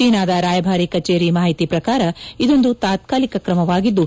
ಚೀನಾದ ರಾಯಭಾರಿ ಕಚೇರಿ ಮಾಹಿತಿ ಪ್ರಕಾರ ಇದೊಂದು ತಾತ್ನಾಲಿಕ ಕ್ರಮವಾಗಿದ್ದು